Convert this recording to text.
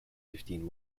fifteen